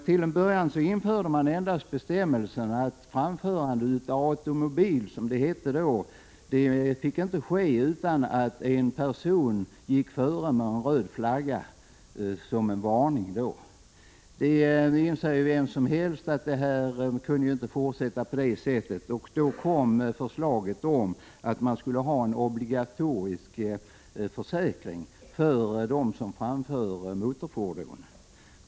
Till en början införde man endast bestämmelsen att framförande av automobil, som det hette då, inte fick ske utan att en person gick före med en röd flagga som en varning. Vem som helst inser ju att man inte kunde fortsätta på det sättet. Då kom förslaget om en obligatorisk försäkring för dem som framförde motorfordon.